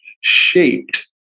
shaped